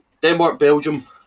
Denmark-Belgium